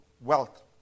wealth